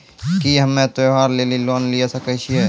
की हम्मय त्योहार लेली लोन लिये सकय छियै?